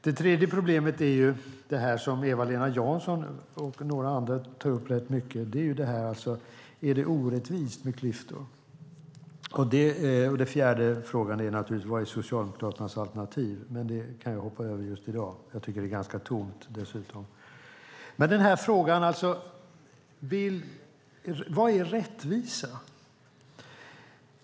Den tredje punkten, och problemet, är det som Eva-Lena Jansson och andra tar upp: Är det orättvist med klyftor? Den fjärde punkten gäller naturligtvis vad Socialdemokraternas alternativ är. Men det kan jag just i dag hoppa över. Dessutom tycker jag att det är ganska tomt. Men vad är rättvisa?